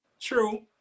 True